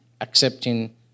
accepting